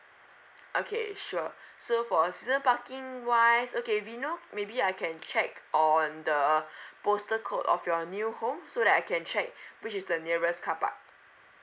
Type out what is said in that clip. okay sure so for a season parking wise okay vino maybe I can check on the postal code of your new home so that I can check which is the nearest car park